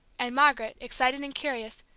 and margaret, excited and curious,